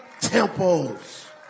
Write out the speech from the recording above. temples